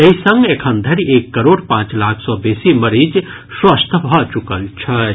एहि संग एखन धरि एक करोड़ पांच लाख सँ बेसी मरीज स्वस्थ भऽ चुकल छथि